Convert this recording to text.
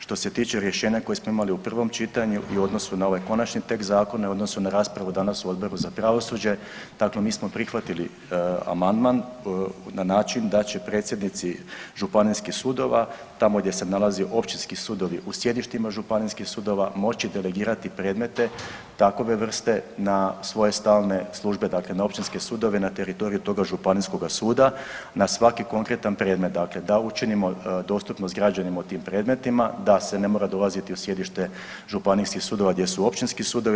Što se tiče rješenja koja smo imali u prvom čitanju i u odnosu na ovaj konačni tekst zakona i u odnosu na raspravu danas u Odboru za pravosuđe, dakle mi smo prihvatili amandman na način da će predsjednici županijskih sudova tamo gdje se nalazi općinski sudovi u sjedištima županijskih sudova moći delegirati predmete takove vrste na svoje stalne službe, dakle na općinske sudove na teritoriju toga županijskoga suda na svaki konkretan predmet, dakle da učinimo dostupnost građanima u tim predmetima da se ne mora dolaziti u sjedište županijskih sudova gdje su općinski sudovi.